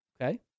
Okay